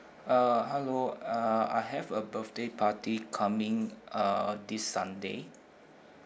uh hello uh I have a birthday party coming uh this sunday